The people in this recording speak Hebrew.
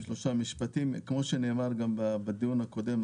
כמו שנאמר גם בדיון הקודם,